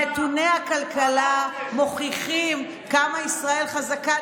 נתוני הכלכלה מוכיחים כמה ישראל חזקה,